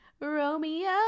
romeo